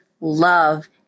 love